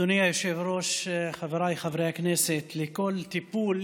אדוני היושב-ראש, חבריי חברי הכנסת, לכל טיפול